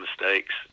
mistakes